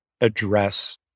address